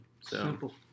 Simple